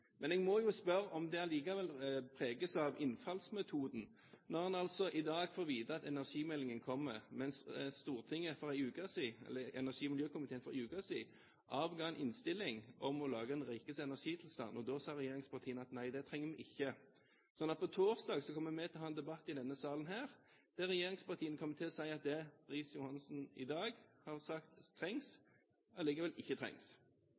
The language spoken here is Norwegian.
Men jeg må jo spørre om det allikevel ikke preges av innfallsmetoden når en altså i dag får vite at energimeldingen kommer, mens energi- og miljøkomiteen for én uke siden avga innstilling om å lage en melding om rikets energitilstand. Da sa regjeringspartiene nei, fordi det trenger en ikke. På torsdag kommer vi til å ha en debatt i denne salen, der regjeringspartiene kommer til å si at det statsråd Riis-Johansen i dag har sagt trengs, allikevel ikke trengs.